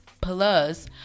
plus